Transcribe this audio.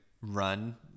run